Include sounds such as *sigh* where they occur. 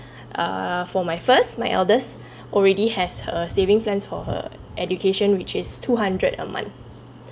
err for my first my eldest *breath* already has her savings plans for her education which is two hundred a month